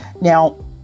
Now